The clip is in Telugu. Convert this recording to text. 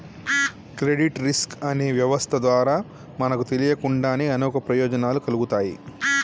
క్రెడిట్ రిస్క్ అనే వ్యవస్థ ద్వారా మనకు తెలియకుండానే అనేక ప్రయోజనాలు కల్గుతాయి